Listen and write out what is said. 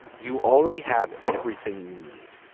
you already have everything you need